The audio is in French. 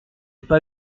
pas